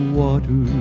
water